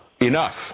enough